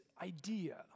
idea